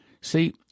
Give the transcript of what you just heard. See